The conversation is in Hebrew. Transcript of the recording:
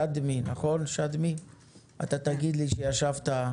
רן שדמי, אתה תגיד לי שישבת,